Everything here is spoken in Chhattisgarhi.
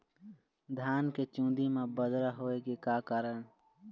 धान के चुन्दी मा बदरा होय के का कारण?